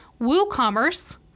WooCommerce